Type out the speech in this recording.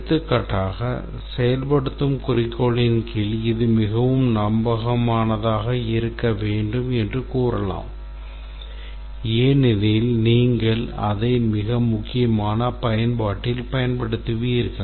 எடுத்துக்காட்டாக செயல்படுத்தும் குறிக்கோளின் கீழ் இது மிகவும் நம்பகமானதாக இருக்க வேண்டும் என்று கூறலாம் ஏனெனில் நீங்கள் அதை மிக முக்கியமான பயன்பாட்டில் பயன்படுத்துவீர்கள்